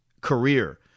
career